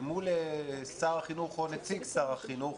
מול שר החינוך או נציג שר החינוך